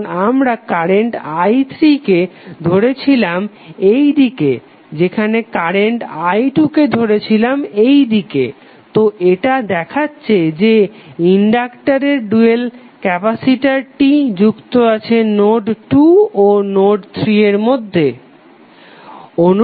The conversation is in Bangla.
কারণ আমরা কারেন্ট i3 কে ধরেছিলাম এইদিকে যেখানে কারেন্ট i2 কে ধরেছিলাম এই দিকে তো এটা দেখাছে যে ইনডাক্টারের ডুয়াল ক্যাপাসিটরটি যুক্ত আছে নোড 2 ও নোড 3 এর মধ্যে